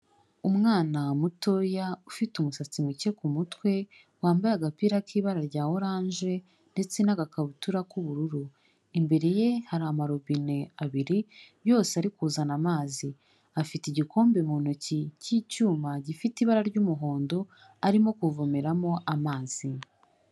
Umwana mutoya ufite umusatsi muke ku mutwe, wambaye agapira k'ibara rya oranje ndetse n'agakabutura k'ubururu, imbere ye hari amarobine abiri yose ari kuzana amazi, afite igikombe mu ntoki cy'icyuma gifite ibara ry'umuhondo arimo kuvomeramo amazi.